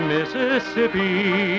Mississippi